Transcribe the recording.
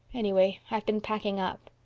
anyway, i've been packing up.